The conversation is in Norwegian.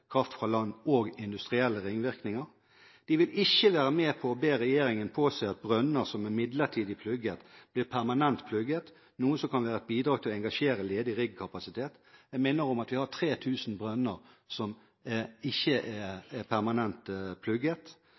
kraft fra land og industrielle ringvirkninger. De vil ikke være med på å be regjeringen påse at brønner som er midlertidig plugget, blir permanent plugget, noe som kan være et bidrag til å engasjere ledig riggkapasitet. Jeg minner om at vi har 3 000 brønner som ikke er permanent plugget.